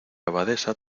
abadesa